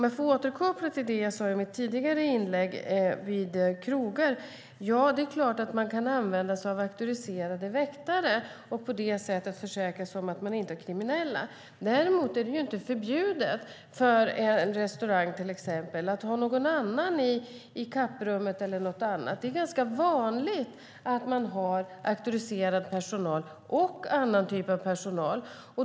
Jag ska återkoppla till det jag sade i mitt tidigare inlägg om krogar. Ja, det är klart att man kan använda sig av auktoriserade väktare och på det sättet försäkra sig om att man inte har kriminella. Däremot är det inte förbjudet för en restaurang, till exempel, att ha någon annan i kapprummet eller någon annanstans. Det är ganska vanligt att man har auktoriserad personal och annan typ av personal.